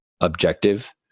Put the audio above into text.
objective